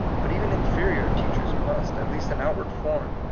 but even inferior teach ers must, at least in outward form,